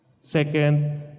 Second